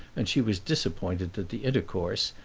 and she was disappointed that the intercourse,